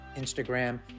Instagram